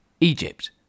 Egypt